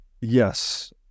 Yes